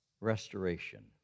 restoration